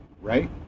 right